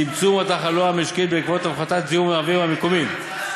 צמצום התחלואה המשקית בעקבות הפחתת זיהום האוויר המקומי,